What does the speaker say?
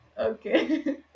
Okay